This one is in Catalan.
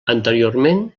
anteriorment